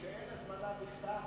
כשאין הזמנה בכתב,